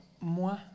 moi